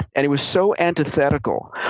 and it was so antithetical,